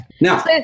Now